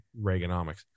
reaganomics